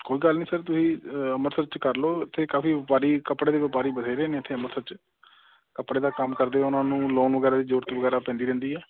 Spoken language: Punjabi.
ਕੋਈ ਗੱਲ ਨਹੀਂ ਸਰ ਤੁਸੀਂ ਅੰਮ੍ਰਿਤਸਰ 'ਚ ਕਰ ਲਉ ਇੱਥੇ ਕਾਫੀ ਵਪਾਰੀ ਕੱਪੜੇ ਦੇ ਵਪਾਰੀ ਬਥੇਰੇ ਨੇ ਇੱਥੇ ਅੰਮ੍ਰਿਤਸਰ 'ਚ ਕੱਪੜੇ ਦਾ ਕੰਮ ਕਰਦੇ ਉਹਨਾਂ ਨੂੰ ਲੋਨ ਵਗੈਰਾ ਦੀ ਜ਼ਰੂਰਤ ਵਗੈਰਾ ਪੈਂਦੀ ਰਹਿੰਦੀ ਹੈ